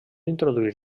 introduir